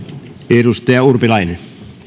edustaja urpilainen